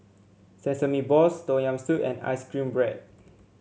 Sesame Balls Tom Yam Soup and ice cream bread